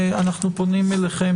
אנחנו פונים אליכם,